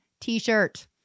t-shirt